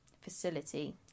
Facility